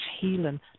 healing